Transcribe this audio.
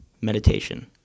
Meditation